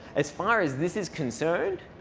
as far as this is concerned,